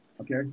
Okay